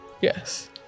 Yes